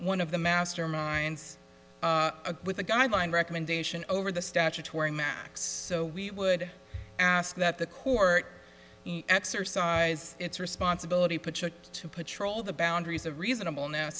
one of the masterminds with a guideline recommendation over the statutory max so we would ask that the court exercise its responsibility to patrol the boundaries of reasonable n